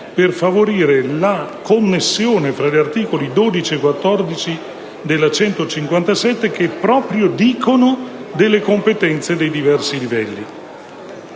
per favorire la connessione fra gli articoli 12 e 14 della legge n. 157, che parlano proprio delle competenze dei diversi livelli.